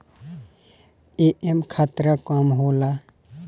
एमे खतरा कम होला